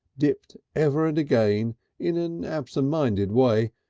dipped ever and again in an absent-minded way,